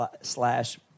slash